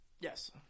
Yes